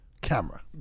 camera